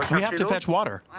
we have to fetch water.